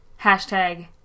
hashtag